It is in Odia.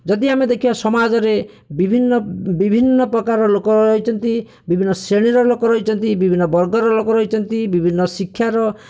ଯଦି ଆମେ ଦେଖିବା ସମାଜରେ ବିଭିନ୍ନ ବିଭିନ୍ନ ପ୍ରକାରର ଲୋକ ରହିଛନ୍ତି ବିଭିନ୍ନ ଶ୍ରେଣୀର ଲୋକ ରହିଛନ୍ତି ବିଭିନ୍ନ ବର୍ଗର ଲୋକ ରହିଛନ୍ତି ବିଭିନ୍ନ ଶିକ୍ଷାର